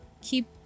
keep